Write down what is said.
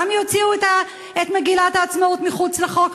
גם את מגילת העצמאות יוציאו מחוץ לחוק?